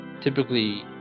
typically